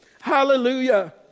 Hallelujah